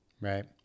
Right